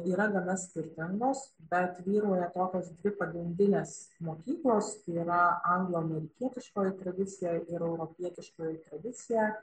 yra gana skirtingos bet vyrauja tokios dvi pagrindinės mokyklos tai yra anglų amerikietiškoji tradicija ir europietiškoji tradicija